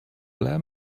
ble